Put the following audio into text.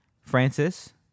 Francis